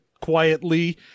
quietly